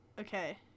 Okay